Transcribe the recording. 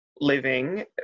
living